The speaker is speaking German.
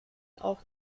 auch